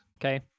okay